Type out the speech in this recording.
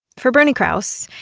for bernie krause,